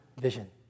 vision